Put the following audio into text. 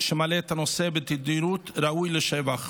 שמעלה את הנושא בתדירות ראויה לשבח.